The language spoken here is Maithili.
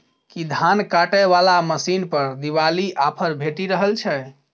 की धान काटय वला मशीन पर दिवाली ऑफर भेटि रहल छै?